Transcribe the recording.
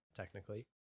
technically